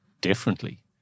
differently